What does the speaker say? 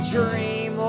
dream